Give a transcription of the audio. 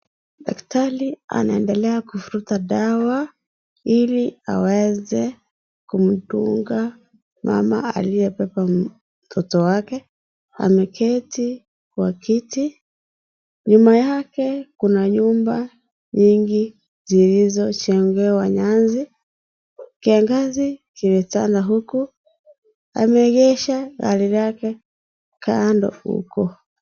Daktari anaendelea kuvuta dawa ili aweze kumdunga mama aliyebeba mtoto wake, ameketi kwa kiti. Nyuma yake kuna nyumba nyingi zilizojengewa nyasi. Kiangazi kimetanda huku. Ameegesha gari lake kando huko.